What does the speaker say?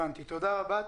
תודה רבה.